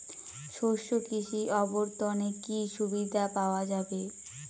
শস্য কৃষি অবর্তনে কি সুবিধা পাওয়া যাবে?